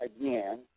again